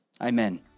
amen